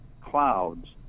clouds